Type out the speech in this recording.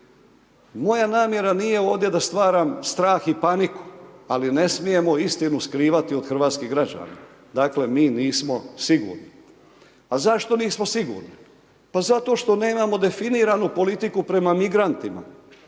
Moja namjera nije ovdje da stvaram strah i paniku, ali ne smijemo istinu skrivati od hrvatskih građana. Mi nismo sigurni. A zašto nismo sigurni? Pa zato što nemamo definiranu politiku prema migrantima.